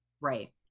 Right